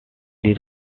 did